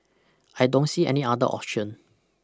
I don't see any other option